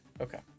Okay